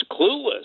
clueless